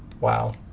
Wow